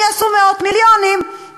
אני שמחה מאוד שגם סגן השר האוצר,